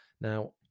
Now